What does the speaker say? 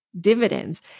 dividends